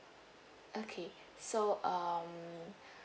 okay so um